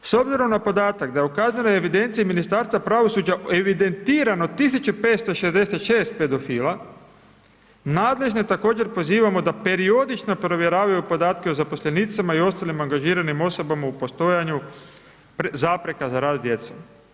S obzirom na podatak da je u kaznenoj evidenciji Ministarstva pravosuđa evidentirano 1566 pedofila, nadležne također pozivamo da periodično provjeravaju podatke o zaposlenicama i ostalim angažiranim osobama u postojanju zapreka za rast djece.